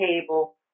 table